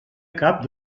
cap